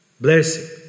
blessing